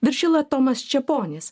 viršila tomas čeponis